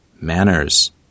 manners